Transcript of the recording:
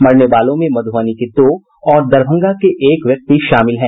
मरने वालों में मुधबनी के दो और दरभंगा के एक व्यक्ति शामिल हैं